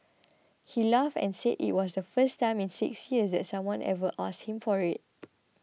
he laughed and said it was the first time in six years that someone ever asked him for it